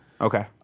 Okay